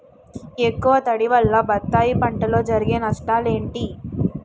ఎక్కువ తడి వల్ల బత్తాయి పంటలో జరిగే నష్టాలేంటి?